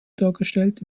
dargestellt